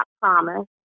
promise